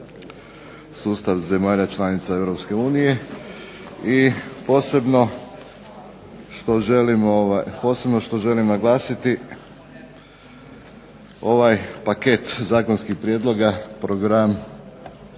sustav zemalja članica EU i posebno što želim naglasiti ovaj paket zakonskih prijedloga program